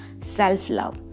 self-love